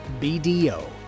BDO